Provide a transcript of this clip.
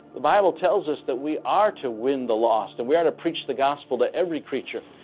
the bible tell us us that we are to win the lost and we are to preach the gospel to every creature.